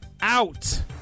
out